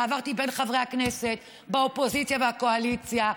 ועברתי בין חברי הכנסת באופוזיציה ובקואליציה,